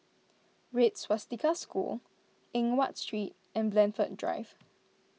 Red Swastika School Eng Watt Street and Blandford Drive